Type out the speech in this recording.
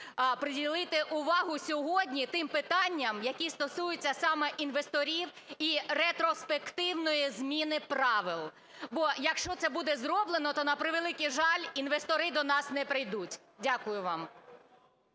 приділити увагу сьогодні тим питанням, які стосуються саме інвесторів і ретроспективної зміни правил. Бо, якщо це буде зроблено, то, на превеликий жаль, інвестори до нас не прийдуть. Дякую вам.